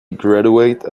graduate